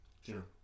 Sure